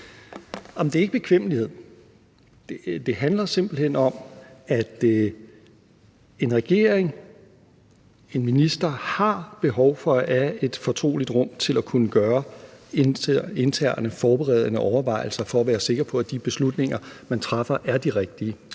Det er ikke af bekvemmelighed. Det handler simpelt hen om, at en regering, en minister, har behov for at have et fortroligt rum til at kunne gøre interne forberedende overvejelser for at være sikker på, at de beslutninger, man træffer, er de rigtige.